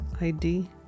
ID